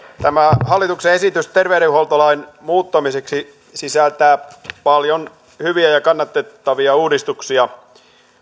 tämä hallituksen esitys terveydenhuoltolain muuttamiseksi sisältää paljon hyviä ja kannatettavia uudistuksia